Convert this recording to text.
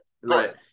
Right